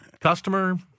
customer